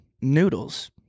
noodles